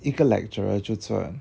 一个 lecturer 就赚